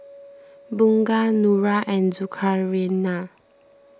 Bunga Nura and Zulkarnain